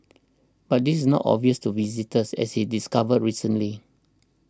but this not obvious to visitors as he discovered recently